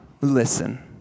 Listen